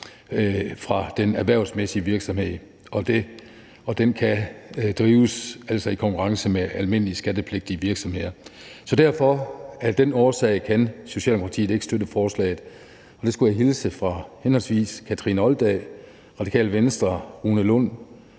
fra den erhvervsmæssige virksomhed, og den kan altså drives i konkurrence med almindelige skattepligtige virksomheder. Så af den årsag kan Socialdemokratiet ikke støtte forslaget. Og jeg skulle hilse fra henholdsvis Kathrine Olldag fra Radikale Venstre, Rune Lund